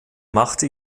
machte